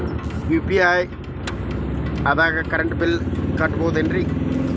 UPI ದಾಗ current bill ಕಟ್ಟಬಹುದೇನ್ರಿ?